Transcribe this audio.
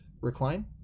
recline